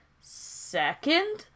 second